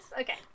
Okay